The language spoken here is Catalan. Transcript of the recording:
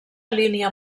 línia